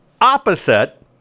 opposite